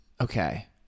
Okay